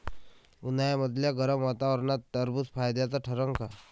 उन्हाळ्यामदल्या गरम वातावरनात टरबुज फायद्याचं ठरन का?